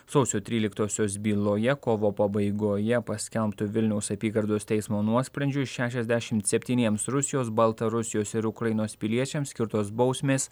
sausio tryliktosios byloje kovo pabaigoje paskelbtu vilniaus apygardos teismo nuosprendžiu šešiasdešimt septyniems rusijos baltarusijos ir ukrainos piliečiams skirtos bausmės